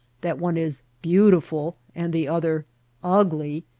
that one is beautiful and the other ugly,